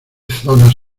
zonas